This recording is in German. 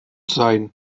sein